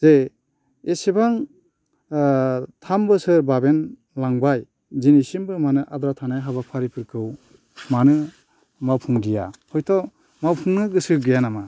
जे इसेबां थाम बोसोर बाबेन लांबाय दिनैसिमबो मानो आद्रा थानाय हाबाफारिफोरखौ मानो मावफुंदिया हयथ' मावफुंनो गोसो गैया नामा